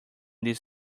this